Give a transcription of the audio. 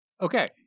Okay